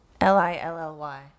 L-I-L-L-Y